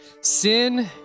Sin